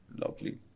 lovely